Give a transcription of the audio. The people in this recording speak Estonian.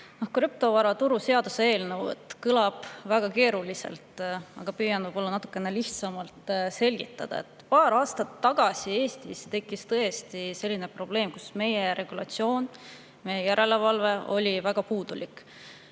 Krüptovaraturu seaduse eelnõu kõlab väga keeruliselt, aga püüan seda võib-olla natukene lihtsamalt selgitada. Paar aastat tagasi tekkis Eestis tõesti selline probleem, et meie regulatsioon ja meie järelevalve oli väga puudulik.